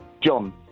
John